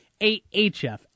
AHF